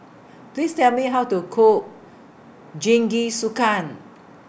Please Tell Me How to Cook Jingisukan